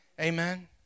Amen